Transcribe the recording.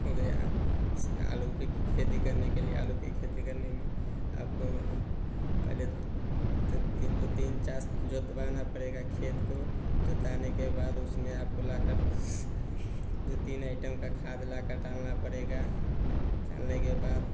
हो गया इस आलू की खेती करने के लिए आलू की खेती करने में आपको पहले तो दो तीन चांस जुतवाना पड़ेगा खेत को जुतवाने के बाद उसमें आपको लाकर दो तीन आइटम का खाद लाकर डालना पड़ेगा डालने के बाद